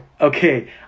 okay